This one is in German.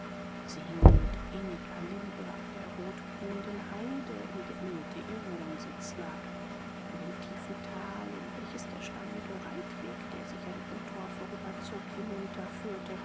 sie hingen mit inniger liebe an der rotblühenden heide in deren mitte ihr wohnsitz lag an dem tiefen thal in welches der steinige reitweg der sich an ihrem thor vorüberzog